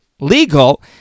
Legal